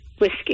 whiskey